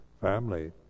family